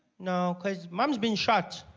no, because mom's been shot.